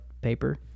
paper